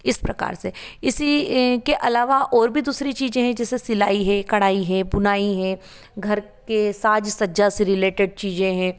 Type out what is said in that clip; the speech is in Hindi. इस प्रकार से इसी के अलावा और भी दूसरी चीज़ें हैं जैसे सिलाई है कढ़ाई है बुनाई है घर के साज सज़ा से रिलेटेड चीज़ें हैं